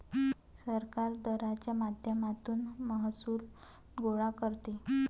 सरकार दराच्या माध्यमातून महसूल गोळा करते